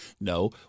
No